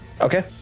Okay